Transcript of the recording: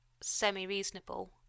semi-reasonable